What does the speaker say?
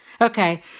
okay